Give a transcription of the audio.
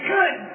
Good